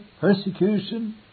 persecution